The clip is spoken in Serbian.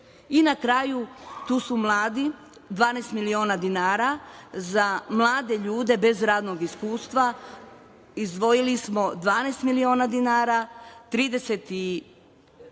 Na kraju, tu su mladi, 12 miliona dinara. Za mlade ljude bez radnog iskustva izdvojili smo 12 miliona dinara, 36.000 dinara